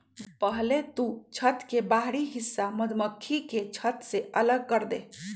पहले तु छत्त के बाहरी हिस्सा मधुमक्खी के छत्त से अलग करदे